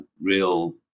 real